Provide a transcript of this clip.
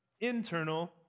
internal